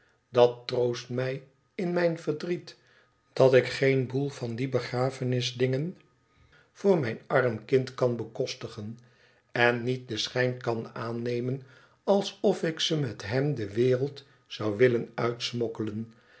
dat troost mij in mijn verdriet dat ik geen boel van die begrafenisdingen voor mijn arm kind kan bekostigen en niet den schijn kan aannemen alsof ik ze met hem de wereld zou willen uitsmokkelen